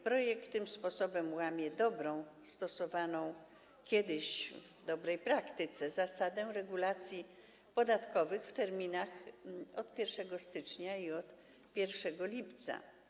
Projekt tym sposobem łamie dobrą, stosowaną kiedyś w dobrej praktyce zasadę regulacji podatkowych w terminach od 1 stycznia i od 1 lipca.